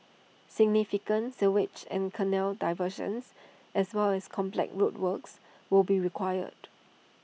significant sewage and canal diversions as well as complex road works will be required